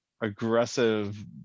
aggressive